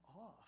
off